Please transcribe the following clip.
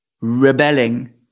rebelling